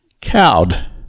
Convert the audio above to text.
cowed